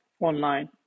online